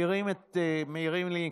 הבמה כולה שלך.